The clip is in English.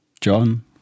John